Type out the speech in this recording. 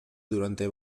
durante